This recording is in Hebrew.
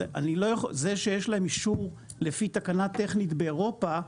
זה שיש להם אישור לפי תקנה טכנית באירופה,